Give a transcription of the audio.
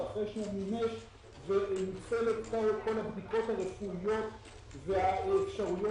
וכאן גם לנו הסוכנים תהיה אפשרות